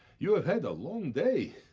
you have had a long day.